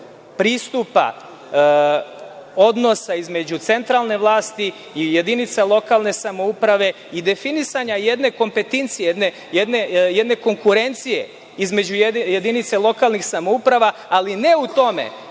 pristupa odnosa između centralne vlasti i jedinica lokalne samouprave i definisanja jedne konkurencije između jedinica lokalnih samouprava, ali ne u tome